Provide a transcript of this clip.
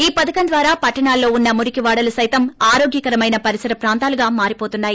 ఈ పథకం ద్వారా పట్టణాలలో ఉన్న మురికి వాడల సైతం ఆరోగ్యకరమైన పరిసర ప్రాంతాలుగా మారివోతున్నాయి